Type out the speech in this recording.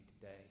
today